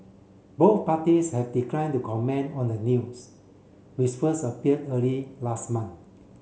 both parties have declined to comment on the news which first appear early last month